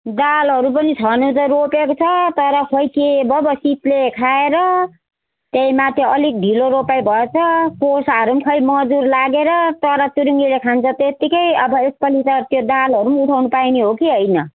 दालहरू पनि छनु त रोपेको छ तर खोइ के भयो भयो शीतले खाएर त्यहीमाथि अलिक ढिलो रोपाई भएछ कोसाहरू पनि खोइ मजुर लागेर चराचुरुङ्गीले खान्छ त्यतिकै अब यसपालि त त्यो दालहरू पनि उठाउनु पाइने हो कि होइन